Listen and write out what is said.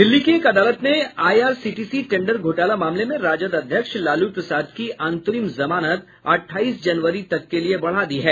दिल्ली की एक अदालत ने आईआरसीटीसी टेंडर घोटाला मामले में राजद अध्यक्ष लालू प्रसाद की अंतरिम जमानत अठाईस जनवरी तक के लिए बढ़ा दी है